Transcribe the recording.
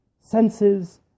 senses